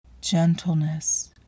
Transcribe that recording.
Gentleness